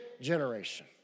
generation